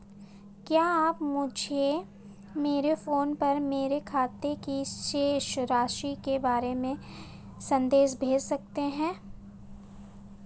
क्या आप मुझे मेरे फ़ोन पर मेरे खाते की शेष राशि के बारे में संदेश भेज सकते हैं?